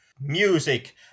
music